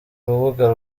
rubuga